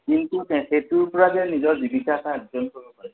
কিন্তু সেইটোৰ পৰা যে নিজৰ জীৱিকা এটা আৰ্জন কৰিব পাৰে